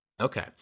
Okay